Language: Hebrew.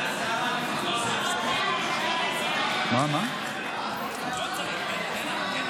ההצעה להעביר את הצעת חוק שמירת הסביבה